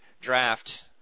draft